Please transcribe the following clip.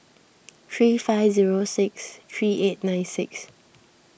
three five zero six three eight nine six